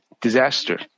disaster